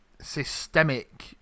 systemic